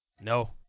No